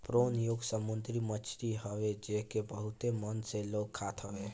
prawn एगो समुंदरी मछरी हवे जेके बहुते मन से लोग खात हवे